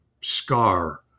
scar